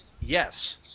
Yes